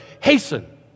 hasten